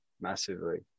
massively